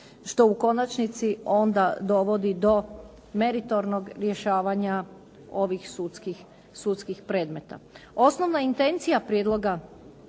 što u konačnici onda dovodi do meritornog rješavanja ovih sudskih predmeta. Osnovna intencija ovog Prijedloga